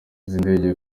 z’indege